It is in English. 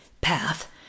path